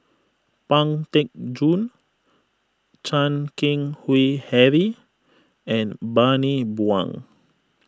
Pang Teck Joon Chan Keng Howe Harry and Bani Buang